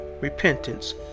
repentance